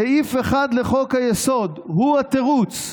סעיף 1 לחוק-היסוד הוא התירוץ,